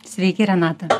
sveiki renata